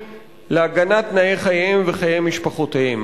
להגנת תנאי חייהם וחיי משפחותיהם.